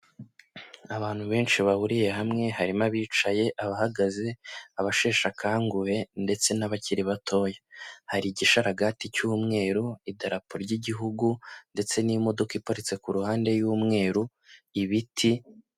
Abantu benshi bahuriye hamwe, harimo abicaye abahagaze, abasheshe akanguhe ndetse n'abakiri batoya, hari igisharagati cy'umweru, idarapo ry'igihugu ndetse n'imodoka iparitse ku ruhande y'umweru, ibiti.